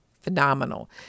phenomenal